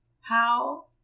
How